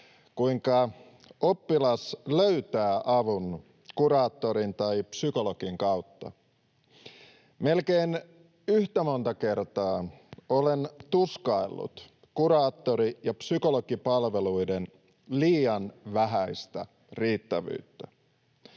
kuinka oppilas löytää avun kuraattorin tai psykologin kautta. Melkein yhtä monta kertaa olen tuskaillut kuraattori- ja psykologipalveluiden liian vähäistä riittävyyttä.